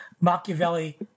Machiavelli